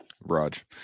Raj